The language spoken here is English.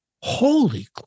Holy